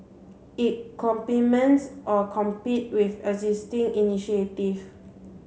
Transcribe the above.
it complements or competes with existing initiative